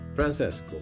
Francesco